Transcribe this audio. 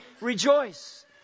rejoice